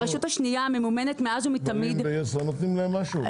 הרשות השנייה ממומנת מאז ומתמיד --- הכבלים ויס לא נותנים להם משהו?